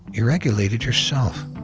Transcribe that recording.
you regulated yourself.